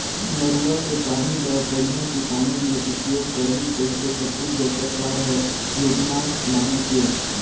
नरूवा के पानी ल बड़िया किसानी मे उपयोग करही कहिके छत्तीसगढ़ सरकार हर योजना लानिसे